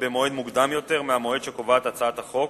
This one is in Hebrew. במועד מוקדם יותר מהמועד שקובעת הצעת החוק,